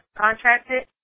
contracted